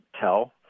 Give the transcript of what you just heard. tell